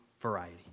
variety